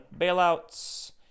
bailouts